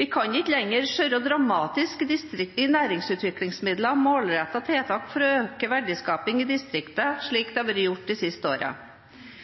Vi kan ikke lenger skjære dramatisk i næringsutviklingsmidler og målrettede tiltak for å øke verdiskaping i distriktene, slik det har vært gjort de siste